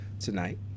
tonight